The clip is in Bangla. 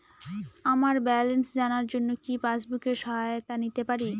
আমার ব্যালেন্স জানার জন্য কি পাসবুকের সহায়তা নিতে পারি?